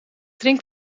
drink